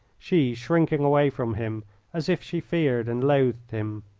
she shrinking away from him as if she feared and loathed him.